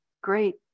great